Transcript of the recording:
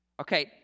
Okay